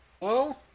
Hello